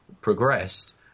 progressed